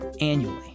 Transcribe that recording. annually